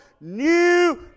New